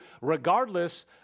regardless